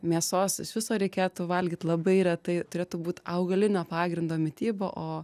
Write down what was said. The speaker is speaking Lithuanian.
mėsos iš viso reikėtų valgyt labai retai turėtų būt augalinio pagrindo mityba o